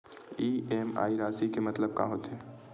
EMI राशि के मतलब का होथे?